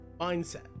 mindset